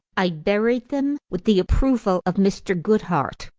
i buried them with the approval of mr. goodhart,